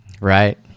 Right